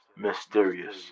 mysterious